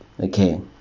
okay